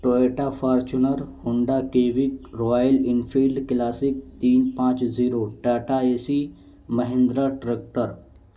Toyota Fortuner Honda Civic Royal Enfield Classic تین پانچ zero Tata A C Mahindra tractor